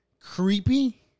creepy